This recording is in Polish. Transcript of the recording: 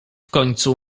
końcu